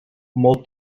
mol